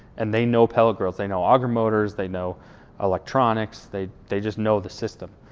and they know pellet grills, they know auger motors, they know electronics, they they just know the system.